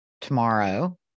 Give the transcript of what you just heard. tomorrow